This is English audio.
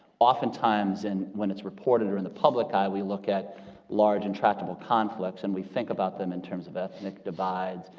oftentimes and when it's reported or in the public eye, we look at large, intractable conflicts, and we think about them in terms of ethnic divides,